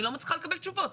אני לא מצליחה לקבל תשובות.